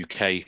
UK